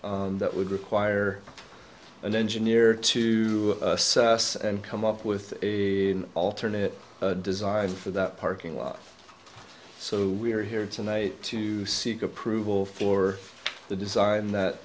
that would require an engineer to assess and come up with a alternate design for that parking lot so we are here tonight to seek approval for the design that